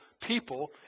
people